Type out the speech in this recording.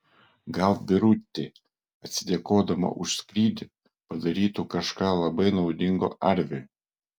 gal birutė atsidėkodama už skrydį padarytų kažką labai naudingo arviui